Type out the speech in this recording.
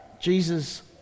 Jesus